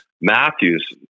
Matthews